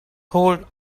hold